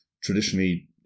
traditionally